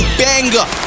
banger